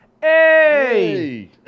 Hey